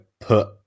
put